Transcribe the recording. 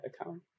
account